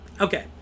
Okay